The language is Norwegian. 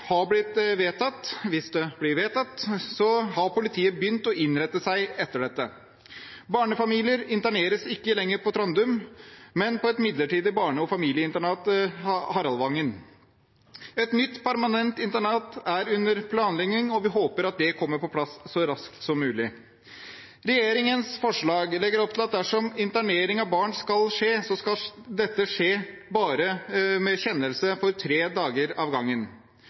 har blitt vedtatt – hvis det blir vedtatt – har politiet begynt å innrette seg etter det. Barnefamilier interneres ikke lenger på Trandum, men på et midlertidig barne- og familieinternat, Haraldvangen. Et nytt permanent internat er under planlegging, og vi håper at det kommer på plass så raskt som mulig. Regjeringens forslag legger opp til at dersom internering av barn skal skje, så skal dette skje med en kjennelse om bare tre dager av gangen.